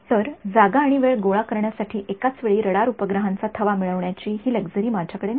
तर जागा आणि वेळ गोळा करण्यासाठी एकाच वेळी रडार उपग्रहांचा थवा मिळण्याची ही लक्झरी माझ्याकडे नाही